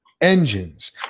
engines